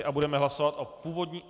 A budeme hlasovat o původní...